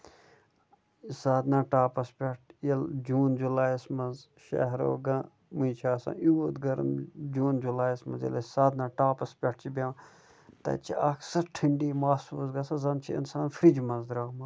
سادنا ٹاپَس پیٚٹھ ییٚلہِ جوٗن جوالایَس منٛز شَہرو گامس منٛز چھُ آسان یوٗت گرَمی جوٗن جولایَس منٛز ییٚلہِ أسۍ سادنا ٹاپَس پیٚٹھ چھِ بیٚہوان تَتہِ چھُ اکھ سُہ ٹھنٛڈی محسوٗس گژھان زَن چھُ اِنسان فرٛجہِ منٛز درٛامُت